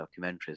documentaries